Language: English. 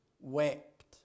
wept